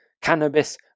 Cannabis